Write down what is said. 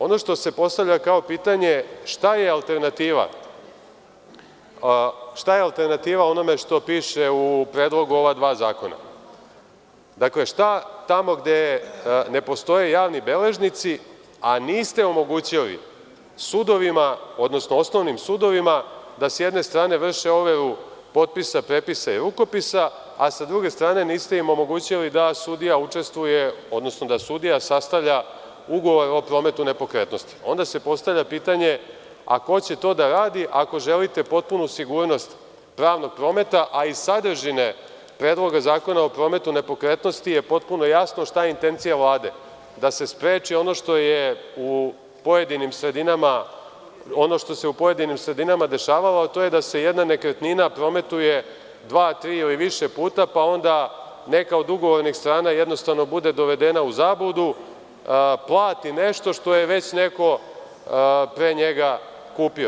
Ono što se postavlja kao pitanje šta je alternativa onome što piše u predlogu ova dva zakona, dakle, šta ako ne postoje javni beležnici, a niste omogućili osnovnim sudovima da s jedne strane vrše overu potpisa, prepisa i rukopisa, a sa druge strane niste im omogućili da sudija sastavlja ugovor o prometu nepokretnosti, onda se postavlja pitanje ko će to da radi ako želite potpunu sigurnost pravnog prometa, a iz sadržine Predloga zakona o prometu nepokretnosti je potpuno jasno šta je intencija Vlade – da se spreči ono što se u pojedinim sredinama dešavalo, a to je da se jedna nekretnina prometuje dva, tri ili više puta, pa onda neka od ugovornih strana jednostavno bude dovedena u zabludu, plati nešto što je već neko pre njega kupio.